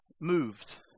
moved